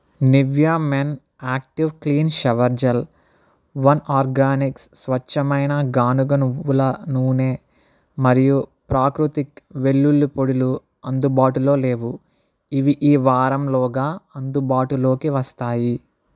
Nivea men active clean shower gel one organic స్వచ్ఛమైన గానుగ నువ్వుల నూనె మరియు ప్రాకృతిక్ వెల్లుల్లి పొడిలు అందుబాటులో లేవు ఇవి ఈ వారం లోగా అందుబాటులోకి వస్తాయి